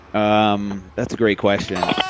um that's a great question.